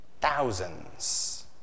thousands